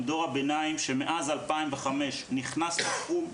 עם דור הביניים שמאז 2005 נכנס לתחום,